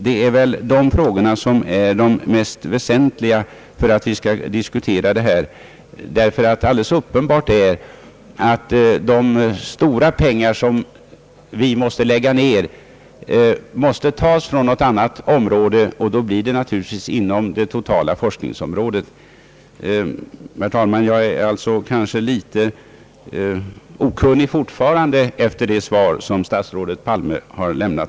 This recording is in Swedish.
Dessa frågor är de mest väsentliga för att vi skall kunna diskutera den här frågan. Det är alldeles uppenbart att de stora pengar, som skall läggas ned på ett forskningsobjekt av detta slag, måste tas från något annat område, och det blir naturligtvis från det totala forskningsområdet. Herr talman! Jag är kanske sålunda fortfarande en smula okunnig efter det svar som statsrådet Palme har lämnat.